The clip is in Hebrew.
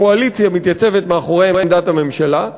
הקואליציה מתייצבת מאחורי עמדת הממשלה,